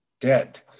dead